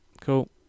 cool